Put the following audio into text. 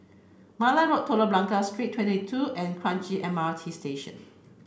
Malan Road Telok Blangah Street thirty two and Kranji M R T Station